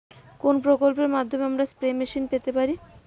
কোন প্রকল্পের মাধ্যমে আমরা স্প্রে মেশিন পেতে পারি?